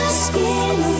skin